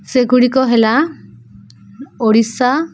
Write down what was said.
ସେଗୁଡ଼ିକ ହେଲା ଓଡ଼ିଶା